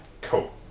Cool